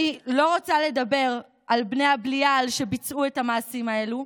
אני לא רוצה לדבר על בני הבלייעל שביצעו את המעשים האלה,